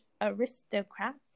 aristocrats